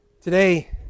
Today